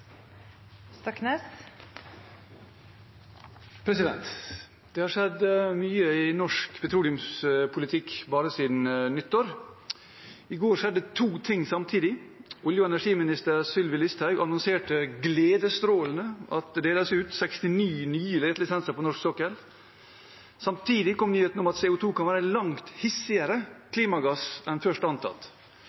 Det har skjedd mye i norsk petroleumspolitikk bare siden nyttår. I går skjedde to ting samtidig: Olje- og energiminister Sylvi Listhaug annonserte gledesstrålende at det deles ut 69 nye letelisenser på norsk sokkel. Samtidig kom nyheten om at CO 2 kan være en langt hissigere klimagass enn først antatt.